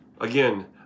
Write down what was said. Again